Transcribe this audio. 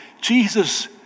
Jesus